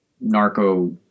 narco